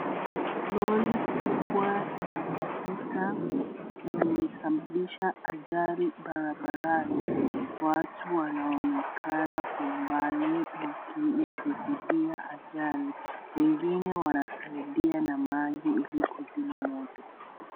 Lori kubwa ya mafuta limesababisha ajali barabarani. Watu wanaonekana kwa umbali wakishuhudia ajali. Wengine wanasaidia na maji ili kuzima moto.